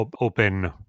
open